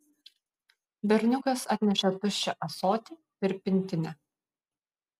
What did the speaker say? berniukas atnešė tuščią ąsotį ir pintinę